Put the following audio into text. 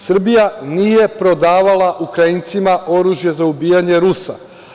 Srbija nije prodavala Ukrajincima oružje za ubijanje Rusa.